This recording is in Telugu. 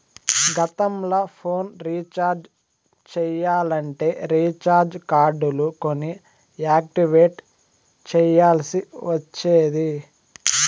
గతంల ఫోన్ రీచార్జ్ చెయ్యాలంటే రీచార్జ్ కార్డులు కొని యాక్టివేట్ చెయ్యాల్ల్సి ఒచ్చేది